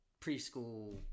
preschool